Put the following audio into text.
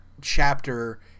chapter